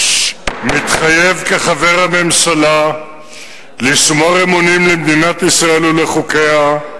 מתחייב כחבר הממשלה לשמור אמונים למדינת ישראל ולחוקיה,